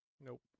Nope